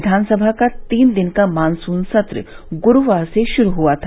विधानसभा का तीन दिन का मानसून सत्र गुरूवार से शुरू हुआ था